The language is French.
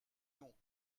non